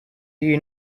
you